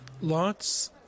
Lots